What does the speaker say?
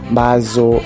bazo